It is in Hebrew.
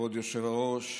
כבוד היושב-ראש,